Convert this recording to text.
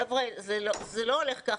חברים, זה לא הולך כך.